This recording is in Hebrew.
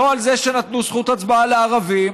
לא על זה שנתנו זכות הצבעה לערבים,